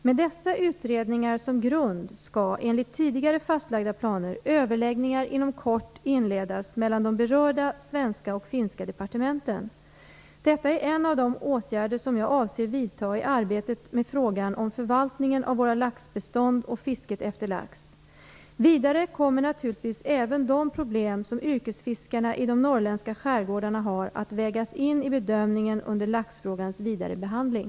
Med dessa utredningar som grund skall, enligt tidigare fastlagda planer, överläggningar inom kort inledas mellan de berörda finska och svenska departementen. Detta är en av de åtgärder som jag avser vidta i arbetet med frågan om förvaltningen av våra laxbestånd och fisket efter lax. Vidare kommer naturligtvis även de problem som yrkesfiskarna i de norrländska skärgårdarna har att vägas in i bedömningen under laxfrågans vidare behandling.